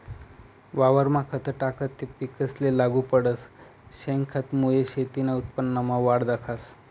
वावरमा खत टाकं ते पिकेसले लागू पडस, शेनखतमुये शेतीना उत्पन्नमा वाढ दखास